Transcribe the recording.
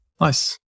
Nice